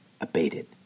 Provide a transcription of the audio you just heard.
abated